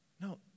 no